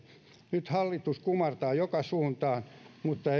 nyt hallitus kumartaa joka suuntaan mutta